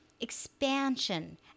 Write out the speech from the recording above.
expansion